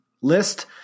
list